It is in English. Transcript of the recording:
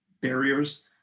barriers